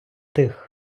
тих